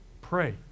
Pray